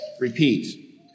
repeat